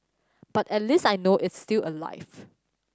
but at least I know is still alive